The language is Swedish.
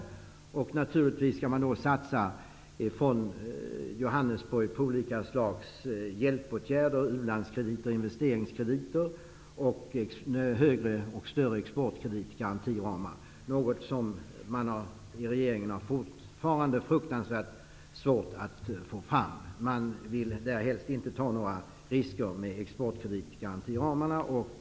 Man bör då naturligtvis satsa på olika slags hjälpåtgärder såsom u-landsoch investeringskrediter, samt större garantiramar för exportkrediter, något som fortfarande är fruktansvärt svårt för regeringen att åstadkomma. Regeringen vill helst inte ta några risker som har med exportkreditramarna att göra.